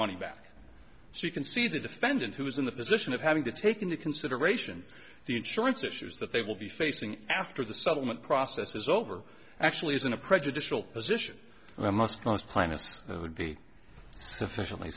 money back so you can see the defendant who is in the position of having to take into consideration the insurance issues that they will be facing after the settlement process is over actually isn't a prejudicial position and i must close planets would be sufficiently